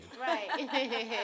Right